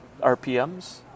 RPMs